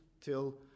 till